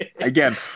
Again